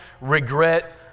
regret